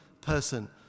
person